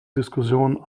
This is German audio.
diskussion